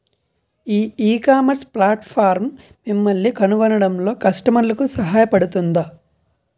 ఈ ecommerce platform మిమ్మల్ని కనుగొనడంలో కస్టమర్లకు సహాయపడుతుందా?